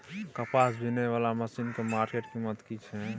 कपास बीनने वाला मसीन के मार्केट कीमत की छै?